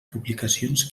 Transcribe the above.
publicacions